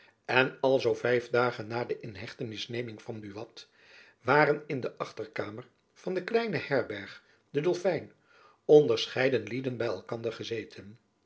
en alzoo vijf dagen na de in hechtenis neming van buat waren in de achterkamer van de kleine herberg de dolfijn onderscheiden lieden by elkander gezeten